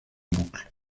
boucle